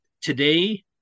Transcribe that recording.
today